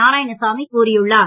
நாராயணசாமி கூறியுள்ளார்